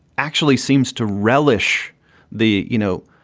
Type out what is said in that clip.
actually seems to relish the, you know,